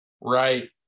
right